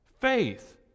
faith